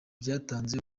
byatanze